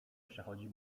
przechodzi